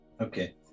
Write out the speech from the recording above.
Okay